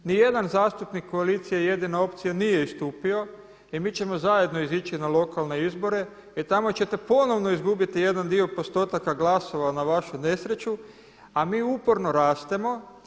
Ni jedan zastupnik koalicije „Jedina opcija“ nije istupio i mi ćemo zajedno izići na lokalne izbore i tamo ćete ponovno izgubiti jedan dio postotaka glasova na vašu nesreću, a mi uporno rastemo.